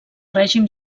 règim